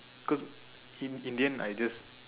cause in in the end I just